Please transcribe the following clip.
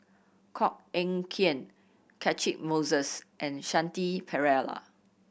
Koh Eng Kian Catchick Moses and Shanti Pereira